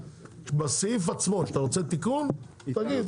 בסעיף עצמו שאתה רוצה תיקון תגיד.